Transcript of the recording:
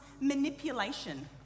manipulation